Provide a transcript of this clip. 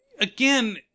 again